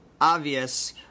obvious